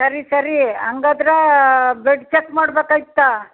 ಸರಿ ಸರಿ ಹಂಗಾದ್ರ ಬ್ಲಡ್ ಚಕ್ ಮಾಡ್ಬೇಕಾಯಿತ್ತು